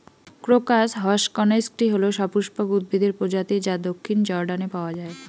crocus হসকনেইচটি হল সপুষ্পক উদ্ভিদের প্রজাতি যা দক্ষিণ জর্ডানে পাওয়া য়ায়